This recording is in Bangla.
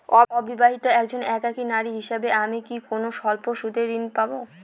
অবিবাহিতা একজন একাকী নারী হিসেবে আমি কি কোনো স্বল্প সুদের ঋণ পাব?